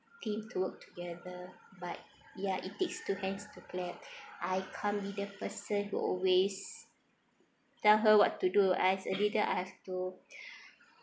team to work together but ya it takes two hands to clap I can't be the person who always tell her what to do as a leader I have to